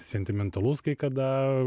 sentimentalus kai kada